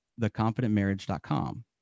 theconfidentmarriage.com